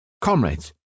Comrades